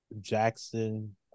Jackson